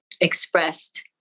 expressed